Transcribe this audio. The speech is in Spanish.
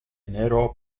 enero